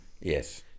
Yes